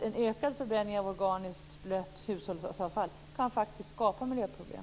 En ökad förbränning av organiskt blött hushållsavfall kan skapa miljöproblem.